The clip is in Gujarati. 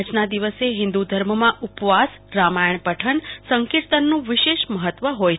આજના દિવસે હિંદુ ધર્મમાં ઉપવાસ રામાયણ પઠન સંકીર્તનનું વિશેષ મહત્વ હોય છે